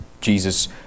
Jesus